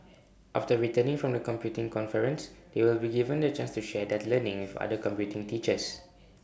after returning from the computing conference they will be given the chance to share their learning with other computing teachers